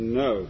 no